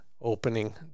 opening